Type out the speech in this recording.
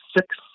six